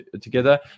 together